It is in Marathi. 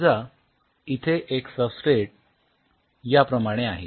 समजा इथे एक सबस्ट्रेट याप्रमाणे आहे